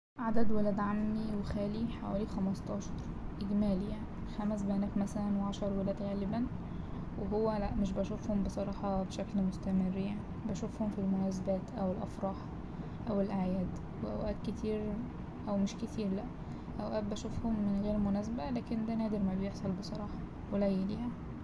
عدد ولاد عمي وخالي حوالي خمستاشر اجمالي يعني خمس بنات مثلا وعشر ولاد غالبا وهو لا مش بشوفهم بصراحة بشكل مستمر يعني بشوفهم في المناسبات أوالأفراح أوالأعياد وأوقات كتير أو مش كتير لا أوقات بشوفهم من غير مناسبة لكن ده نادر ما بيحصل بصراحة قليل يعني.